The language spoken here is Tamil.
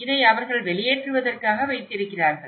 இதை அவர்கள் வெளியேற்றுவதற்காக வைத்திருக்கிறார்கள்